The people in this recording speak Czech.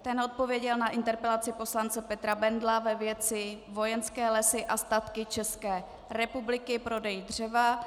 Ten odpověděl na interpelaci pana poslance Petra Bendla ve věci Vojenské lesy a statky České republiky, prodej dřeva.